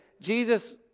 Jesus